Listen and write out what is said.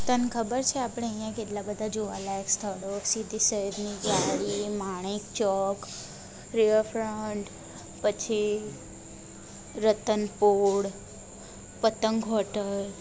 તને ખબર છે આપણે ઇયાં કેટલા બધાં જોવા લાયક સ્થળો સીદી સૈયદની જાળી માણેક ચોક રિવર ફ્રન્ટ પછી રતન પોળ પતંગ હોટલ